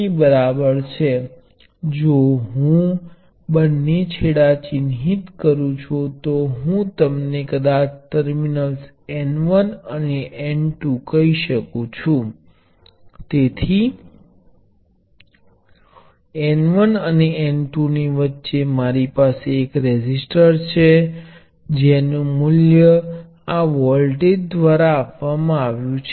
તેથી તેનો ખરેખર અર્થ એ છે કે જો V1 અને V2 એક બીજાથી અલગ હોય તો તમને આ જોડાણની મંજૂરી નથી અને જો V1 એ V2 ની બરાબર થાય છે તો આખી આ વસ્તુ નુ મૂલ્ય V1 ના એક જ વોલ્ટેજ સ્ત્રોતની બરાબર છે